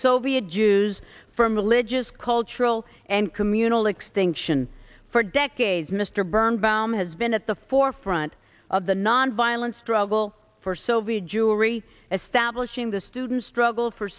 soviet jews from religious cultural and communal extinction for decades mr birnbaum has been at the forefront of the nonviolent struggle for soviet jewry establishing the student struggle for